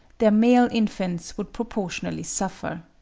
their male infants would proportionably suffer.